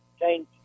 change